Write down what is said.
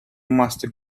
master